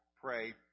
pray